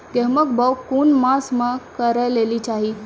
गेहूँमक बौग कून मांस मअ करै लेली चाही?